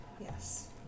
Yes